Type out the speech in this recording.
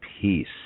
peace